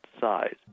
size